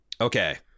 Okay